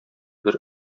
бер